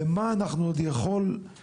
במה אנחנו עוד יכולים,